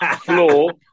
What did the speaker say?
floor